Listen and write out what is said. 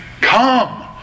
Come